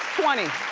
twenty